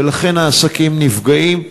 ולכן העסקים נפגעים.